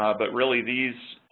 but really these,